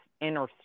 inner